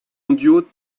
mondiaux